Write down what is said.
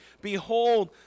Behold